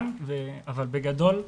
בגדול,